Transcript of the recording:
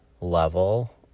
level